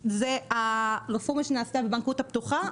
הרפורמה שנעשתה בבנקאות הפתוחה,